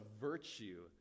virtue